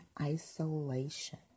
isolation